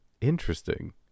Interesting